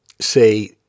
say